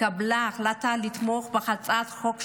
התקבלה החלטה לתמוך בהצעת חוק שלי.